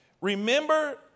remember